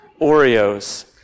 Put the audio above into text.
Oreos